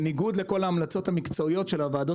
בניגוד לכל ההמלצות המקצועיות של הוועדות